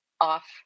off